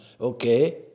okay